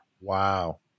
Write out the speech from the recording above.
Wow